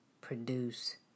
produce